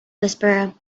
whisperer